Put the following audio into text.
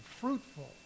fruitful